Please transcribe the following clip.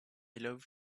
love